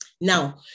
Now